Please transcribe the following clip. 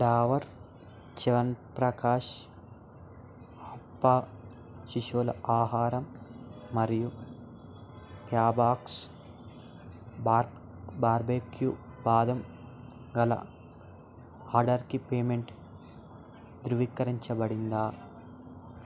డాబర్ చ్యవన్ప్రకాష్ హాప్పా శిశువుల ఆహారం మరియు ఫ్యాబ్బాక్స్ బా బార్బేక్యూ బాదం గల ఆర్డర్కి పేమెంటు ధృవీకరించబడిందా